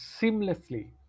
seamlessly